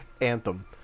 Anthem